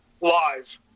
live